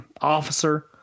officer